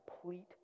complete